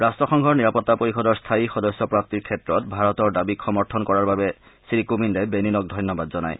ৰাট্টসংঘৰ নিৰাপত্তা পৰিয়দৰ স্থায়ী সদস্যপ্ৰাপ্তিৰ ক্ষেত্ৰত ভাৰতৰ দাবীক সমৰ্থন কৰাৰ বাবে শ্ৰীকোবিন্দে বেনিনক ধন্যবাদ জনায়